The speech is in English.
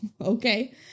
Okay